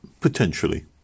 potentially